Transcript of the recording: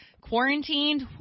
quarantined